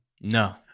No